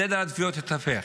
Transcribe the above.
סדר העדיפויות התהפך.